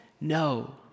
no